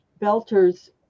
belters